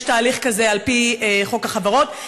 יש תהליך כזה על-פי חוק החברות.